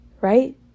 right